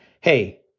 hey